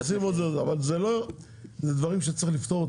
אלה דברים שצריך לפתור.